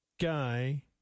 guy